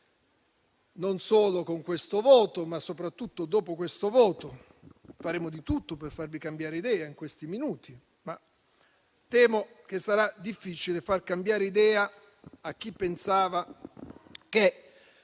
non solo con questo voto, ma soprattutto dopo: faremo di tutto per farvi cambiare idea in questi minuti, ma temo che sarà difficile far cambiare idea a chi pensava che